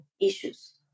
issues